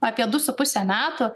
apie du su puse metų